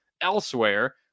elsewhere